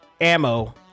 ammo